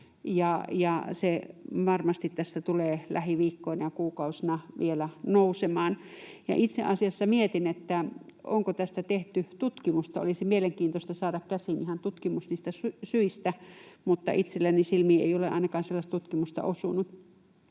se varmasti tästä tulee lähiviikkoina ja kuukausina vielä nousemaan. Itse asiassa mietin, onko tästä tehty tutkimusta. Olisi mielenkiintoista saada käsiin ihan tutkimus niistä syistä, mutta itselleni silmiin ei ole ainakaan sellaista tutkimusta osunut.